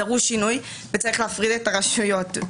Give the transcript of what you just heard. דרוש שינוי וצריך להפריד את הרשויות.